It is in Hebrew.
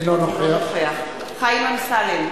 אינו נוכח חיים אמסלם,